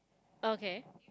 okay